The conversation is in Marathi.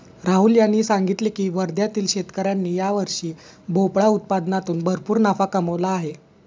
राहुल यांनी सांगितले की वर्ध्यातील शेतकऱ्यांनी यावर्षी भोपळा उत्पादनातून भरपूर नफा कमावला आहे